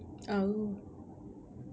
oh